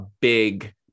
big